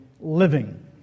living